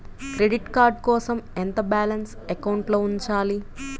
Credit card కోసం ఎంత balance అకౌంట్లో ఉంచాలి?